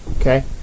okay